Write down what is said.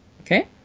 Okay